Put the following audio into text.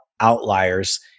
outliers